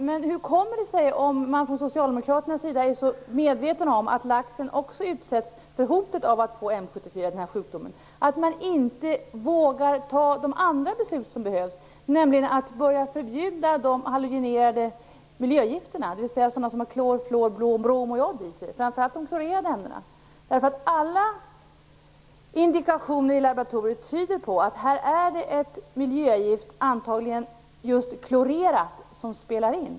Men hur kommer det sig, om man från socialdemokraternas sida är så medveten om att laxen också utsätts för hotet att få sjukdomen M 74, att man inte vågar fatta de andra beslut som behövs, nämligen att börja förbjuda de halogenerade miljögifterna, dvs. sådana som har klor, fluor, brom och jod i sig, framför allt de klorerade ämnena? Alla indikationer i laboratorier tyder på att här är det antagligen just ett klorerat miljögift som spelar in.